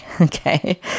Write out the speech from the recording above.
Okay